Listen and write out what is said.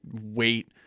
wait